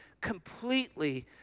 completely